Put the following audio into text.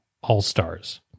all-stars